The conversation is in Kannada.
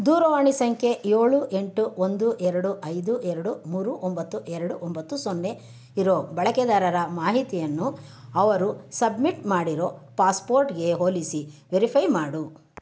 ದೂರವಾಣಿ ಸಂಖ್ಯೆ ಏಳು ಎಂಟು ಒಂದು ಎರಡು ಐದು ಎರಡು ಮೂರು ಒಂಬತ್ತು ಎರಡು ಒಂಬತ್ತು ಸೊನ್ನೆ ಇರೋ ಬಳಕೆದಾರರ ಮಾಹಿತಿಯನ್ನು ಅವರು ಸಬ್ಮಿಟ್ ಮಾಡಿರೋ ಪಾಸ್ಪೋರ್ಟ್ಗೆ ಹೋಲಿಸಿ ವೆರಿಫೈ ಮಾಡು